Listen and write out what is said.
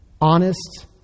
honest